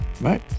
right